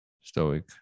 Stoic